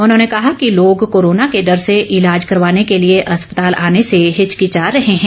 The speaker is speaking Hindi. उन्होंने कहा कि लोग कोरोना के डर से ईलाज करवाने के लिए अस्पताल आने से हिचकिचा रहे हैं